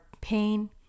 pain